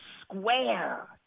square